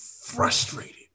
frustrated